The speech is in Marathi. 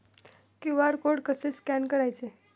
क्यू.आर कोड कसे स्कॅन करायचे?